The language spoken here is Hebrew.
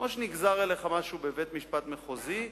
זה כמו שנגזר עליך משהו בבית-משפט מחוזי.